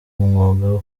mwuga